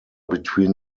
between